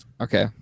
Okay